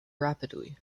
rapidly